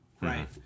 Right